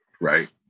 right